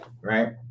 right